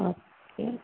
okay